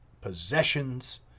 possessions